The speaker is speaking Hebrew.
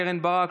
קרן ברק,